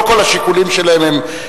לא כל השיקולים שלהן הם,